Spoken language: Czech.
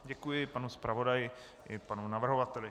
Děkuji panu zpravodaji i panu navrhovateli.